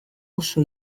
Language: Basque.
oso